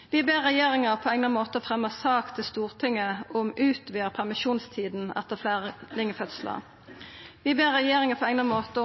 «Stortinget ber regjeringen på egnet måte fremme sak til Stortinget om å utvide permisjonstiden etter flerlingfødsler.» «Stortinget ber regjeringen på egnet måte